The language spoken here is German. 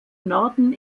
norden